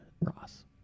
Ross